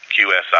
QSI